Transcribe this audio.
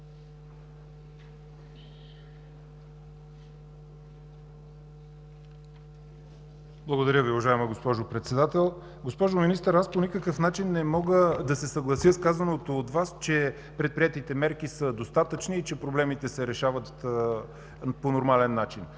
Благодаря Ви, уважаема госпожо Председател. Госпожо Министър, по никакъв начин не мога да се съглася с казаното от Вас, че предприетите мерки са достатъчни и че проблемите се решават по нормален начин.